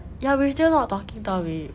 ya we're still not talking [tau] babe